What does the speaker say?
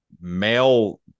male